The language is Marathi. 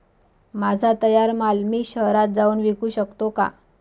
माझा तयार माल मी शहरात जाऊन विकू शकतो का?